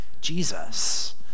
Jesus